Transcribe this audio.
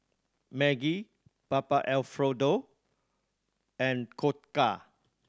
Maggi Papa Alfredo and Koka